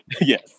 Yes